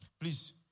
Please